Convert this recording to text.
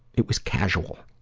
it was casual.